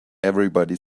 everybody